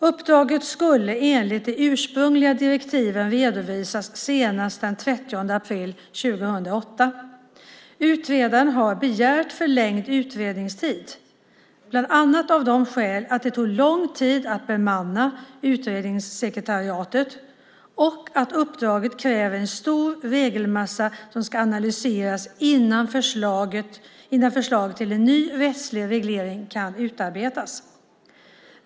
Uppdraget skulle enligt de ursprungliga direktiven redovisas senast den 30 april 2008. Utredaren har begärt förlängd utredningstid bland annat av det skälet att det tog lång tid att bemanna utredningssekretariatet och att uppdraget kräver att en stor regelmassa ska analyseras innan förslag till en ny rättslig reglering kan utarbetas.